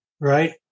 right